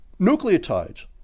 Nucleotides